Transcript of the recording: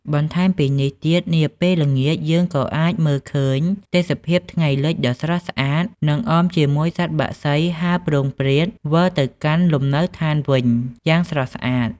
បន្ថែមពីនេះទៀត នាពេលល្ងាចយើងក៏អាចមើលឃើញទេសភាពថ្ងៃលិចដ៏ស្រស់ស្អាតនិងអបជាមួយសត្វបក្សីហើរព្រោងព្រាតវិលទៅកាន់លំនៅឋានវិញយ៉ាងស្រស់ស្អាត។